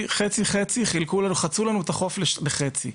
חצו לנו את החוף לחצי.